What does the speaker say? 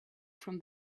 from